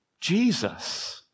Jesus